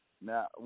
Now